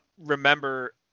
remember